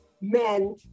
men